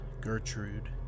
Gertrude